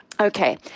Okay